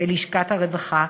בלשכות הרווחה,